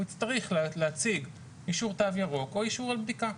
הוא צריך להציג אישור תו ירוק או אישור על בדיקה.